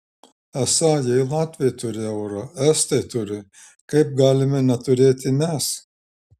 esą jei latviai turi eurą estai turi kaip galime neturėti mes